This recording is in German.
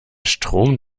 strom